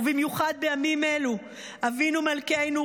ובמיוחד בימים אלו: "אבינו מלכנו,